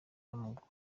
w’amaguru